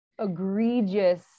egregious